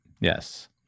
yes